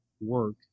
work